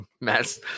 mess